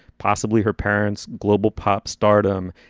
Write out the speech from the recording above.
possibly her parents global pop stardom.